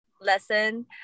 lesson